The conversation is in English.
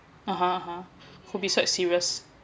(uh huh) (uh huh) could be quite serious